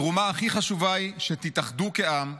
התרומה הכי חשובה היא שתתאחדו כעם,